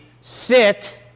sit